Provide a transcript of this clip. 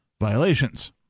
violations